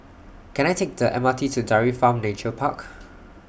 Can I Take The M R T to Dairy Farm Nature Park